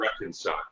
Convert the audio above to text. reconcile